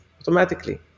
automatically